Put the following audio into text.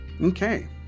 Okay